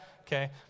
Okay